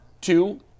two